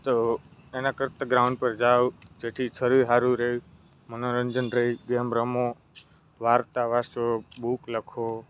તો એના કરતાં ગ્રાઉન્ડ પર જાઓ જેથી શરીર સારું રહે મનોરંજન રહે ગેમ રમો વાર્તા વાંચો બૂક લખો